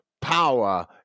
power